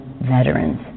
veterans